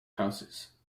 houses